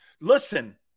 Listen